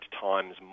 times